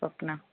స్వప్న